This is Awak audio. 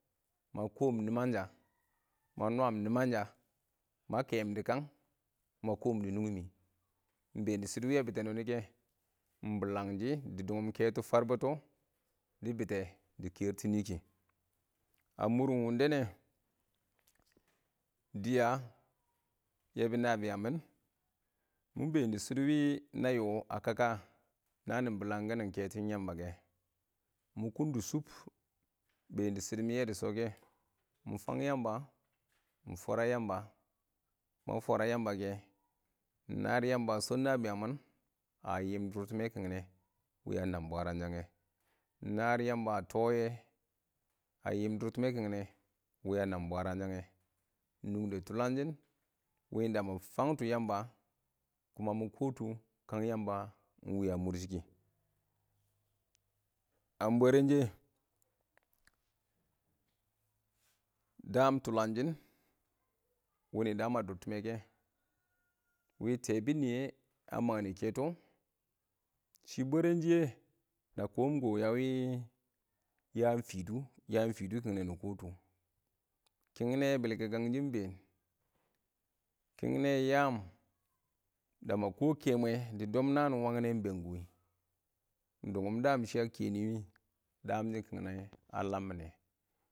Ma koom nɪmansha ma nwaam nɪmansha ma kɛɛm dɪ kang, ma koom dɪ nungi mɪ, ɪng been dɪ shɪdɔ wɪ a bɪtɛ nɔnɪ kɛ, ɪng bɪlangshɪ dɪ dʊngʊm kɛtɔ farbɪtɔ dɪ bɪtɛ dɪ kɛɛr tʊ nɪ kɪ. A mʊr nɪn wɪn dɛ nɛ, dɪya, yɛbɪ nanbɪyang mɪn, mɪ been dɪ shɪdɔ wɪ na yɔ a kaka naan nɪ bɪlangkɪn kɛtɔn Yamba kɛ, mɪ kʊn dɪ shʊb, ɪng been dɪ shɪdɔ wɪ mɪ yɛɛm dɪ shɔ kɛ, mɪ fang Yamba, mɪ fwaran Yamba. Ma fwara Yamba kɛ, ɪng naar yamba a chɔb nabɪyang mɪn a yɪɪm dʊrtɪmɛ kɪngnɛ wɪ a nam bwarang shangɛ, ɪng naar Yamba a tɔ yɛ a dʊrtɪme kɪngnɛ wɪ a naam bwarangshangɛ, nungdə tʊlangshɪn wɪ da mɪ fangtɔ Yamba koh mɪ kɔ tʊ kang Yamba ɪng wɪ a mʊr shɪ kɪ. A bwɛrɛnshɛ, daam tulangshɪn wɪ nɪ daam a dʊrtɪmɛ kɛ, wɪ tɛɛbɪn nɪyɛ a mang nɪ kɛtɔ shɪ, bwɛrɛnshɪyɛ, na koom-koom a wɪ yaam fɪdʊ, yaam fɪdʊ kɪngnɛ nɪ kɔtʊ, kɪngnɛ bɪlkɪkang shɪ ɪng been, kɪngnɛ yaan dama kɔ kɛ mwe dɪ dɔɔm naan wangɪn nɛ ɪng been kʊwɪ, ɪng dʊngʊm daam shɪ a kɛ nɪ wɪ, daam shɪn kɪngnɛ a lam mɪnɛ.